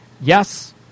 Yes